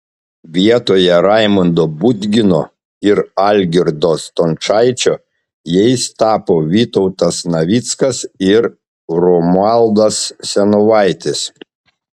vietoje raimondo budgino ir algirdo stončaičio jais tapo vytautas navickas ir romualdas senovaitis